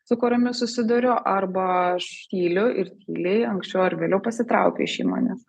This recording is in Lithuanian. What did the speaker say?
su kuriomis susiduriu arba aš tyliu ir tyliai anksčiau ar vėliau pasitraukiu iš įmonės